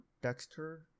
Dexter